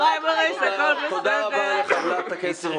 --- תודה רבה לחברת הכנסת.